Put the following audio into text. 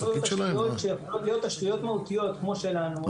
--- שיכולות להיות תשתיות מהותיות כמו שלנו,